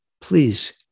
please